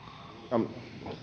arvoisa